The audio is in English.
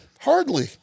hardly